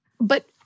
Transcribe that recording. But-